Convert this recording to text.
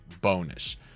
bonus